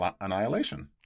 annihilation